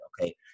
okay